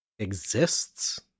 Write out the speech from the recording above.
exists